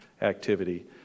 activity